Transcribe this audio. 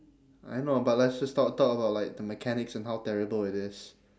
alright no but let's just talk talk about like the mechanics and how terrible it is